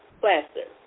plaster